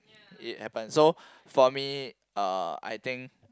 it happened so for me uh I think